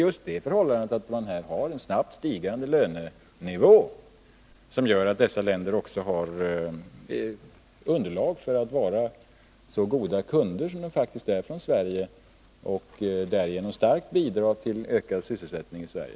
Just det förhållandet att lönenivån är i snabbt stigande gör att dessa länder också har underlag för att vara så goda kunder till Sverige som de faktiskt är och därigenom starkt bidra till ökad sysselsättning i Sverige.